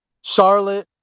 Charlotte